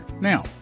now